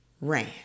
ran